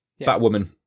Batwoman